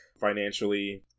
financially